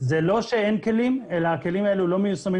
זה לא אין כלים אלא הכלים האלה לא מיושמים